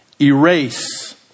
erase